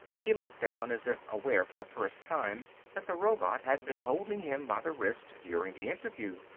he looked down, as if aware for the first time that the robot had been holding him by the wrist during the interview.